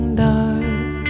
dark